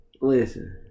Listen